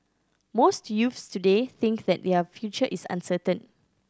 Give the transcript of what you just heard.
most youths today think that their future is uncertain